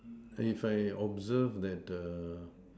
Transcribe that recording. if I observe that the